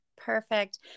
Perfect